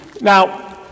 Now